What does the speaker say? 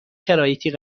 شرایطی